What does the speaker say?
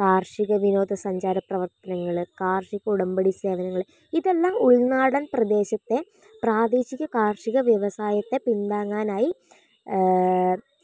കാർഷികവിനോദസഞ്ചാര പ്രവർത്തനങ്ങള് കാർഷിക ഉടമ്പടി സേവനങ്ങള് ഇതെല്ലാം ഉൾനാടൻ പ്രദേശത്തെ പ്രാദേശിക കാർഷിക വ്യവസായത്തെ പിന്താങ്ങാനായി